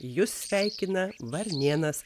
jus sveikina varnėnas